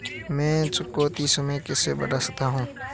मैं चुकौती समय कैसे बढ़ा सकता हूं?